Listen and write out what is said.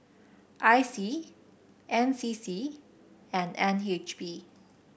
I C N C C and N H B